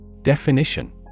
Definition